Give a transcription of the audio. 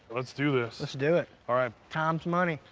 let's do this. let's do it. all right. time's money.